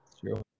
True